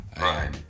right